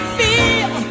feel